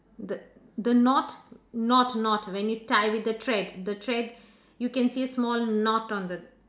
th~ the knot knot knot when you tie with the thread the thread you can see a small knot on the